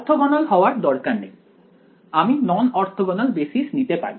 orthogonal হওয়ার দরকার নেই আমি নন অর্থগণাল বেসিস নিতে পারি